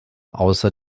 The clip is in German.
außer